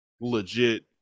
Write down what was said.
legit